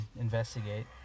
investigate